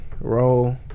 Roll